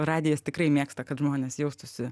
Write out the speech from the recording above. radijas tikrai mėgsta kad žmonės jaustųsi